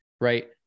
right